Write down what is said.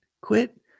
quit